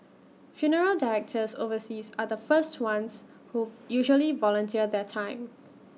funeral directors overseas are the first ones who usually volunteer their time